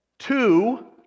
Two